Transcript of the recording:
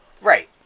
Right